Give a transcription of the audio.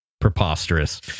preposterous